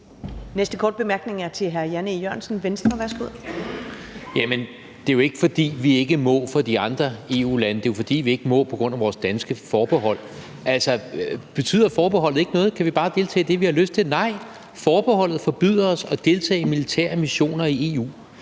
Det er jo ikke, fordi vi ikke må for de andre EU-lande, det er jo, fordi vi ikke må på grund af vores danske forbehold. Altså, betyder forbeholdet ikke noget? Kan vi bare deltage i det, vi har lyst til? Nej, forbeholdet forbyder os at deltage i militære missioner i EU.